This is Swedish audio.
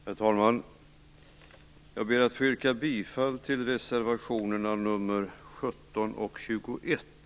Herr talman! Jag ber att få yrka bifall till reservationerna nr 17 och 21.